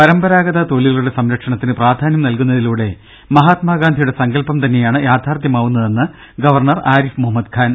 പരമ്പരാഗത തൊഴിലുകളുടെ സംരക്ഷണത്തിന് പ്രാധാന്യം നൽകുന്നതിലൂടെ മഹാത്മാഗാന്ധിയുടെ സങ്കൽപ്പം തന്നെയാണ് യാഥാർത്ഥ്യ മാവുന്നതെന്ന് ഗവർണർ ആരിഫ് മുഹമ്മ്ദ് ഖാൻ